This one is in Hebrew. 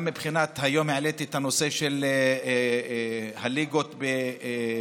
היום העליתי את הנושא של הליגות הנמוכות,